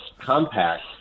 compact